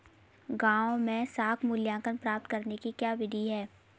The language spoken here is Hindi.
गाँवों में साख मूल्यांकन प्राप्त करने की क्या विधि है?